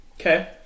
Okay